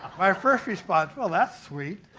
my first response, well, that's sweet.